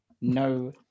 No